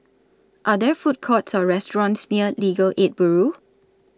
Are There Food Courts Or restaurants near Legal Aid Bureau